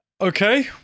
Okay